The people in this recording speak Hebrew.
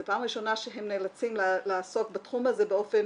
זו פעם ראשונה שהם נאלצים לעסוק בתחום הזה באופן